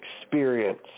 experience